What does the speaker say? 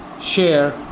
share